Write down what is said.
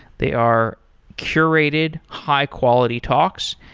they are curated high-quality talks,